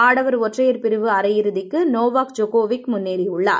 ஆடவர் ஒற்றையர் பிரிவு அரையிறுதிக்கு நோவோக் ஜோகோவிச் முன்னேறியுள்ளார்